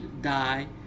die